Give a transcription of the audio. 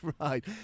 right